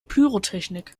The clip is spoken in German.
pyrotechnik